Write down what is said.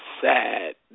sad